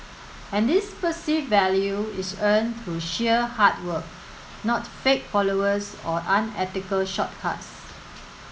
and this perceived value is earned through sheer hard work not fake followers or unethical shortcuts